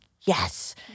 Yes